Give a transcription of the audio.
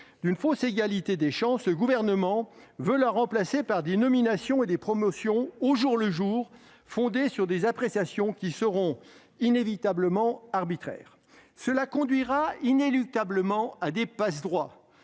d'une fausse égalité des chances, le Gouvernement veut le remplacer par des nominations et des promotions au jour le jour, fondées sur des appréciations qui seront inévitablement arbitraires. Cela conduira inéluctablement à des passe-droits.